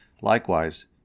Likewise